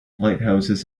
lighthouses